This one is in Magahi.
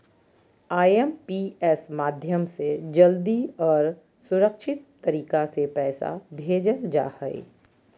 आई.एम.पी.एस माध्यम से जल्दी आर सुरक्षित तरीका से पैसा भेजल जा हय